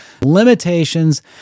limitations